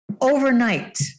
Overnight